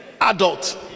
adult